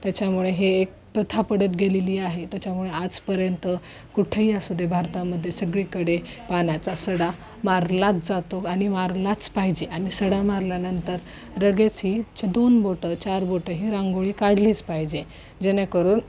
त्याच्यामुळे हे एक प्रथा पडत गेलेली आहे त्याच्यामुळे आजपर्यंत कुठही असू दे भारतामध्ये सगळीकडे पाण्याचा सडा मारलाच जातो आणि मारलाच पाहिजे आणि सडा मारल्यानंतर लगेच ही दोन बोटं चार बोटं ही रांगोळी काढलीच पाहिजे जेणेकरून